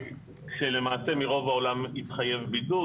שלמעשה מרוב העולם יתחייב בידוד,